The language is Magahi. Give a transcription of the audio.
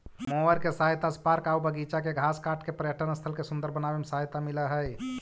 मोअर के सहायता से पार्क आऊ बागिचा के घास के काट के पर्यटन स्थल के सुन्दर बनावे में सहायता मिलऽ हई